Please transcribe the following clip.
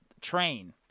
train